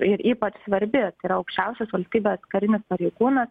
ir ypač svarbi tai yra aukščiausias valstybės karinis pareigūnas